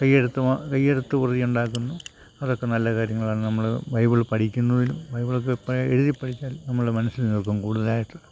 കൈയ്യെഴുത്ത്മാ കയ്യെഴുത്ത് കുറിയുണ്ടാക്കുന്നു അതൊക്കെ നല്ല കാര്യങ്ങളാണ് നമ്മള് ബൈബിള് പഠിക്കുന്നതിനും ബൈബിളുൾപ്പെടെ എഴുതിപ്പഠിച്ചാൽ നമ്മുടെ മനസ്സില് നില്ക്കും കൂടുതലായിട്ട്